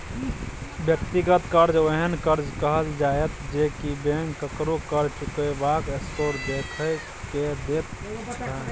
व्यक्तिगत कर्जा ओहेन कर्जा के कहल जाइत छै जे की बैंक ककरो कर्ज चुकेबाक स्कोर देख के दैत छै